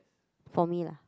for me lah